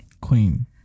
Queen